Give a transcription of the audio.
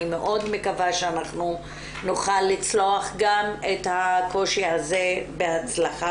אני מאוד מקווה שאנחנו נוכל לצלוח גם את הקושי הזה בהצלחה.